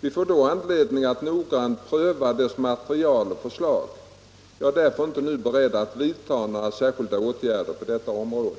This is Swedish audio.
Vi får då anledning att noggrant pröva dess material och förslag. Jag är därför inte nu beredd att vidta några särskilda åtgärder på detta område.